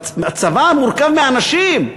אבל צבא מורכב מאנשים.